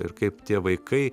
ir kaip tie vaikai